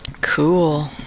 Cool